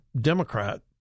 Democrat